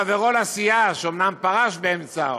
חברו לסיעה, שאומנם פרש באמצע,